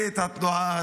ואת התנועה,